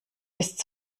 ist